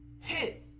hit